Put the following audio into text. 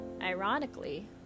Ironically